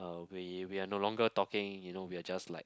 uh we we're no longer talking you know we're just like